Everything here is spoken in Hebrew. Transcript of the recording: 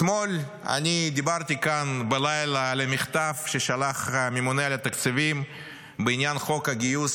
אתמול בלילה דיברתי כאן על המכתב בעניין חוק הגיוס,